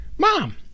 mom